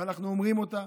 ואנחנו אומרים אותה,